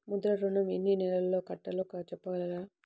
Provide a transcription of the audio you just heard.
ముద్ర ఋణం ఎన్ని నెలల్లో కట్టలో చెప్పగలరా?